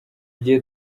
gihe